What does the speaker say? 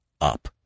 up